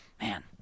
Man